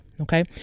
okay